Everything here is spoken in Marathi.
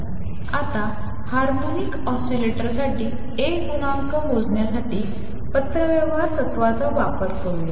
आता हार्मोनिक ऑसिलेटरसाठी A गुणांक मोजण्यासाठी पत्रव्यवहार तत्त्वाचा वापर करूया